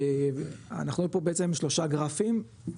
אנחנו פה בעצם שלושה גרפים,